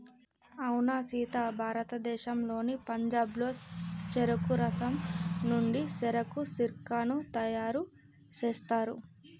అవునా సీత భారతదేశంలోని పంజాబ్లో చెరుకు రసం నుండి సెరకు సిర్కాను తయారు సేస్తారు